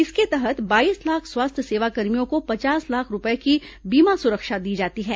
इसके तहत बाईस लाख स्वास्थ्य सेवाकर्मियों को पचास लाख रुपये की बीमा सुरक्षा दी जाती है